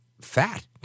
fat